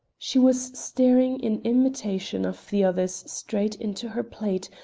she was staring in imitation of the others straight into her plate,